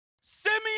Simeon